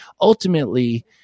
Ultimately